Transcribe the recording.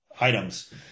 items